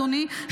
אדוני,